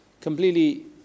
completely